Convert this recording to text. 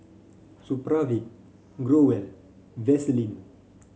Supravit Growell Vaselin